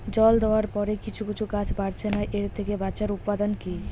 জল দেওয়ার পরে কিছু কিছু গাছ বাড়ছে না এর থেকে বাঁচার উপাদান কী?